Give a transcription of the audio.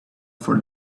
for